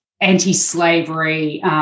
anti-slavery